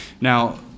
Now